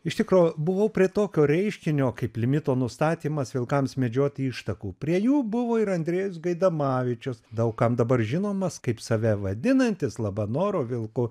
iš tikro buvau prie tokio reiškinio kaip limito nustatymas vilkams medžioti ištakų prie jų buvo ir andrejus gaidamavičius daug kam dabar žinomas kaip save vadinantis labanoro vilku